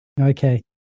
Okay